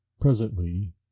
Presently